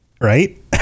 Right